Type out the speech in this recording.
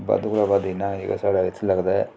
बद्ध कोला बद्ध इ'न्ना जेह्का इत्थें साढ़ै लगदा ऐ